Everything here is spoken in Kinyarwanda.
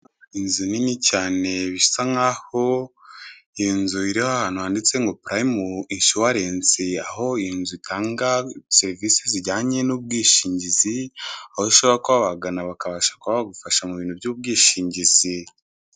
Inzu nini cyane bisa nk'aho iyi nzu iri ahantu handitse purayimu inshuwarensi, aho iyi nzu itanga serivise zijyanye n'ubwishingizi, aho ushobora kuba wabagana bakabasha kuba bagufasha mu buntu by'ubwishingizi.